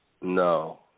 No